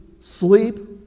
sleep